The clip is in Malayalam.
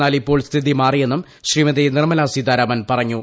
എന്നാൽ ഇപ്പോൾ സ്ഥിതി മാറിയെന്നും ശ്രീമതി നിർമ്മല സീതാരാമൻ പറഞ്ഞു